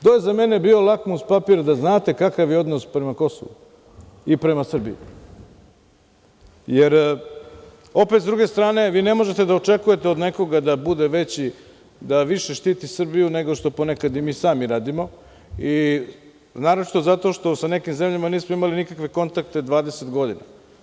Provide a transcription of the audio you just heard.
To je za mene bio lakmus papir da znate kakav je odnos prema Kosovu i prema Srbiji, jer, opet s druge strane, vi ne možete da očekujete od nekoga da bude veći, da više štiti Srbiju nego što ponekad i mi sami radimo, naročito zato što sa nekim zemljama nismo imali nikakve kontakte 20 godina.